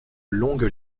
longue